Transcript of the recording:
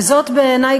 וזאת בעיני,